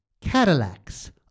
Cadillacs